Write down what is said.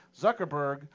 zuckerberg